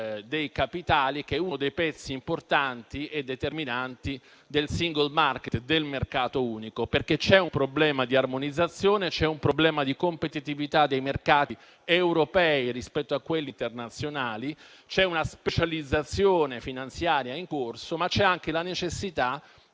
dei capitali che è uno dei pezzi importanti e determinanti del *single market*, del mercato unico. C'è infatti un problema di armonizzazione e di competitività dei mercati europei rispetto a quelli internazionali; c'è una specializzazione finanziaria in corso, ma c'è anche la necessità